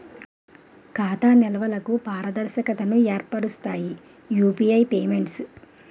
ఖాతా నిల్వలకు పారదర్శకతను ఏర్పరుస్తాయి యూపీఐ పేమెంట్స్